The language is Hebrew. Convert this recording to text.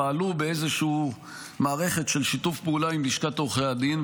פעלו באיזושהי מערכת של שיתוף פעולה עם לשכת עורכי הדין,